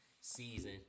season